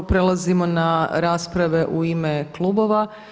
Prelazimo na rasprave u ime klubova.